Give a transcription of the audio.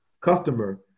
customer